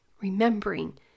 Remembering